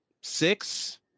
six